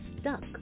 stuck